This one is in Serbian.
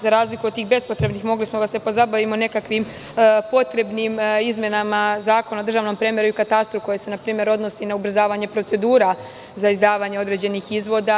Za razliku od tih bespotrebnih mogli smo da se pozabavimo nekakvim potrebnim izmenama Zakona o državnom premeru i katastru, koji se npr. odnosi na ubrzavanje procedura za izdavanje određenih izvoda.